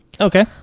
Okay